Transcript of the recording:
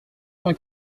cent